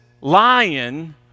lion